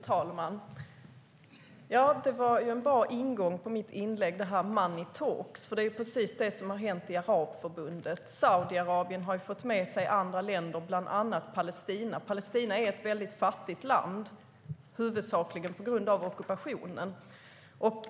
Fru talman! Money talks var en bra ingång till mitt inlägg, för det är precis vad som har hänt i Arabförbundet. Saudiarabien har ju fått med sig andra länder, bland andra Palestina.Palestina är ett väldigt fattigt land, huvudsakligen på grund av ockupationen.